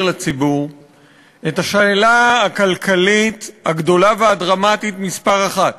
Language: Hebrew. לציבור את השאלה הכלכלית הגדולה והדרמטית מספר אחת